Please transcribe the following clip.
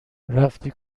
رفتی